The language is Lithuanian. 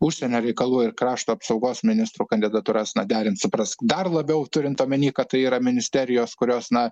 užsienio reikalų ir krašto apsaugos ministrų kandidatūras derins suprask dar labiau turint omenyje kad tai yra ministerijos kurios na